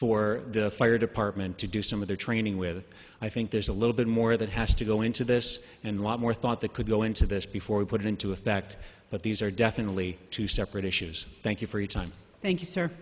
for the fire department to do some of their training with i think there's a little bit more that has to go into this and lot more thought that could go into this before we put it into effect but these are definitely two separate issues thank you for your time thank you sir